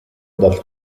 dal